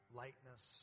lightness